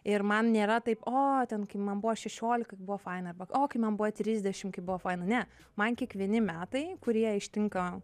ir man nėra taip o ten kai man buvo šešiolika buvo faina o kai man buvo trisdešim kaip buvo faina ne man kiekvieni metai kurie ištinka